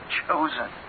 chosen